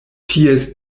ties